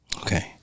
Okay